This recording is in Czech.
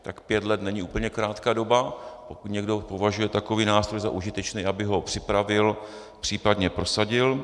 Tak pět let není úplně krátká doba, pokud někdo považuje takový nástroj za užitečný, aby ho připravil, případně prosadil.